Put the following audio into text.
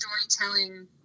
storytelling